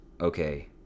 okay